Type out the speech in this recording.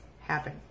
happen